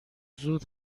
زود